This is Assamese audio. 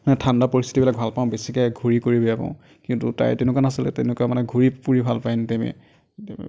মই ঠাণ্ডা পৰিস্থিতিবিলাক ভাল পাওঁ বেছিকৈ ঘূৰি কৰি বেয়া পাওঁ কিন্তু তাই তেনেকুৱা নাছিলে তেনেকুৱা মানে ঘূৰি কৰি ভাল পায় এনিটাইমে